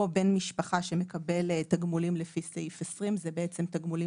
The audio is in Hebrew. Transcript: או בן משפחה שמקבל תגמולים לפי סעיף 20. אלה תגמולים